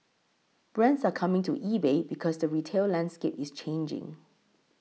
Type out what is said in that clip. brands are coming to eBay because the retail landscape is changing